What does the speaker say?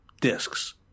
discs